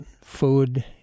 food